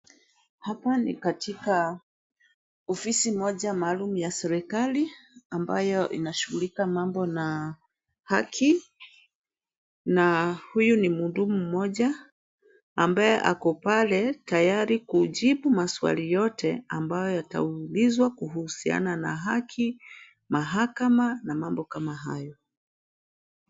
Hapa ni katika ofisi moja maalum ya serikali, ambayo inashughulika mambo na haki. Na huyu ni mhudumu mmoja, ambaye ako pale tayari kuujibu maswali yote ambayo yataulizwa kuhusiana na haki, mahakama, na mambo kama hayo.